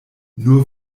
nur